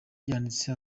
yanditse